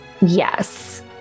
Yes